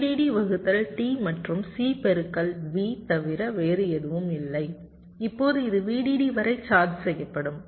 VDD வகுத்தல் T மற்றும் C பெருக்கல் V தவிர வேறு எதுவும் இல்லை இப்போது இது VDD வரை சார்ஜ் செய்யப்படும்